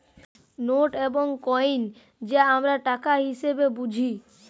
note এবং coin যা আমরা টাকা হিসেবে বুঝি